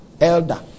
elder